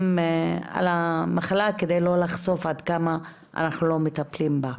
על המחלה כדי לא לחשוף עד כמה אנחנו לא מטפלים בה.